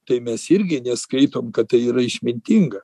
tai mes irgi neskaitom kad tai yra išmintinga